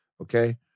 Okay